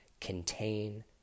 contain